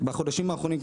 בחודשים האחרונים,